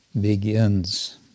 begins